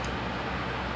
just polytechnic life